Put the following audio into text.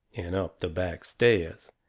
and up the back stairs,